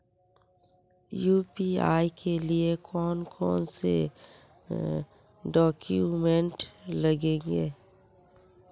UPI के लिए कौन कौन से डॉक्यूमेंट लगे है?